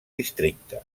districte